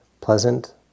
pleasant